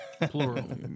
Plural